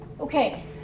Okay